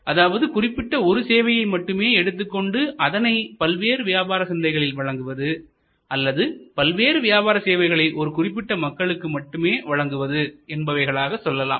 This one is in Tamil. அதாவது குறிப்பிட்ட ஒரு சேவையை மட்டுமே எடுத்துக் கொண்டு அதனை பல்வேறு வியாபார சந்தைகளில் வழங்குவது அல்லது பல்வேறு வியாபார சேவைகளை ஒரு குறிப்பிட்ட மக்களுக்கு மட்டுமே வழங்குவது என்பவைகளாக செல்லலாம்